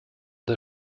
der